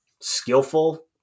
skillful